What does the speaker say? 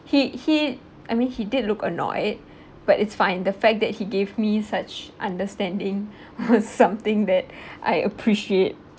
he he I mean he did look annoyed but it's fine the fact that he gave me such understanding was something that I appreciate